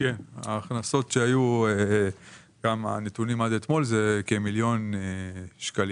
ההכנסות מהמס הן כמיליון שקלים.